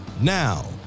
Now